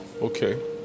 Okay